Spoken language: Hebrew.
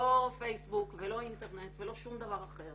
לא פייסבוק ולא אינטרנט ולא שום דבר אחר